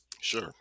sure